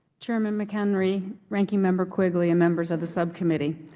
chairman mchenry, ranking member quigley and members of the so committee.